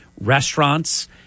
restaurants